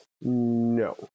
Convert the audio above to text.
No